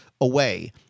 away